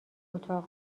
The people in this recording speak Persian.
اتاق